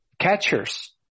catchers